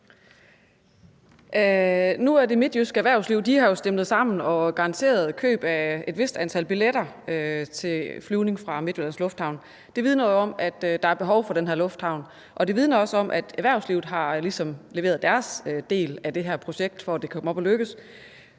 Nu er det midtjyske erhvervsliv jo stimlet sammen og har garanteret køb af et vist antal billetter til flyvning fra Midtjyllands Lufthavn. Det vidner jo om, at der er behov for den her lufthavn, og det vidner også om, at erhvervslivet ligesom har leveret deres del af det her projekt, for at det kommer til at lykkes.